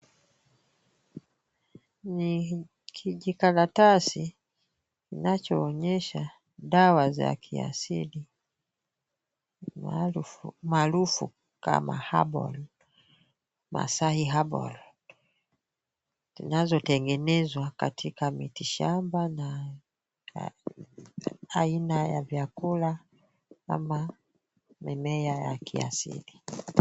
Ni kijikaratasi kinachoonyesha dawa za kiasili maarufu kama Masai Herbal zinazotengenezwa katika miti shamba na aina za vyakula na mimea ya kiasili.